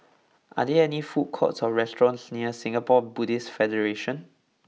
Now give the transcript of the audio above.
are there food courts or restaurants near Singapore Buddhist Federation